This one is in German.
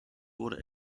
wurde